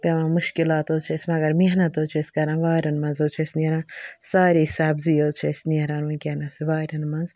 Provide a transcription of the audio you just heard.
پٮ۪وان مُشکِلات حٕظ چھِ اسہِ مگر مٮ۪حنَت حٕظ چھِ أسۍ واریاہ مَنٛز حظ چھِ اسہِ نیران سارے سَبزی حظ چھِ اسہِ نیران وٕنکٮ۪نَس واریاہَن منٛز